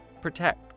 Protect